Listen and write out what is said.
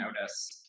notice